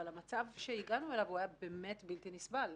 המצב שהגענו אליו היה באמת בלתי נסבל.